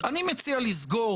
אני מציע לסגור